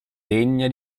degna